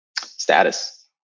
Status